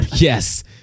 yes